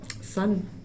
son